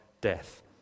death